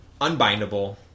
unbindable